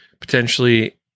potentially